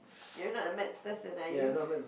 you're not a maths person are you